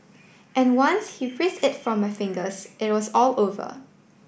and once he prised it from my fingers it was all over